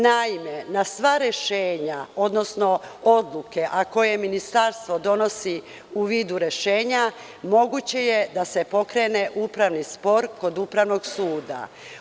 Naime, na sva rešenja, odnosno odluke, a koje ministarstvo donosi u vidu rešenja, moguće je da se pokrene upravni spor kod upravnog suda.